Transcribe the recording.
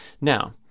Now